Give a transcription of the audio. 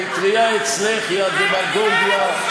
האטרייה אצלך היא הדמגוגיה,